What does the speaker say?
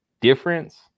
difference